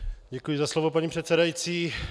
Děkuji za slovo, paní předsedající.